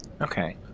Okay